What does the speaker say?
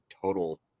total